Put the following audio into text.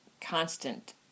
constant